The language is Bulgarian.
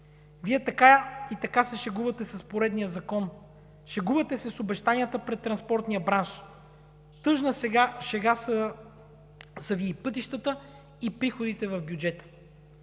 Вие така и така се шегувате с поредния закон, шегувате се с обещанията пред транспортния бранш, тъжна шега са Ви и пътищата, и приходите в бюджета,